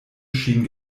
schien